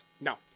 No